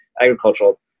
agricultural